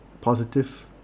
positive